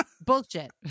bullshit